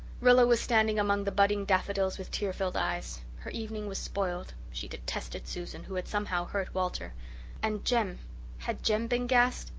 rilla was standing among the budding daffodils with tear-filled eyes. her evening was spoiled she detested susan, who had somehow hurt walter and jem had jem been gassed?